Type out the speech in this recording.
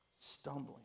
Stumbling